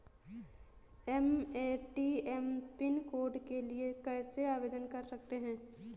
हम ATM pin code के लिए कैसे आवेदन कर सकते हैं?